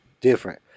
different